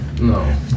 No